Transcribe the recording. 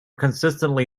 consistently